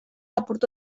apurtu